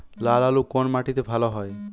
লাল আলু কোন মাটিতে ভালো হয়?